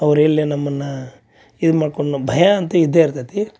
ಅವ್ರು ಎಲ್ಲಿ ನಮ್ಮನ್ನು ಇದು ಮಾಡ್ಕೊಂಡು ಭಯ ಅಂತ ಇದ್ದೇ ಇರ್ತತಿ